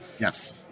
Yes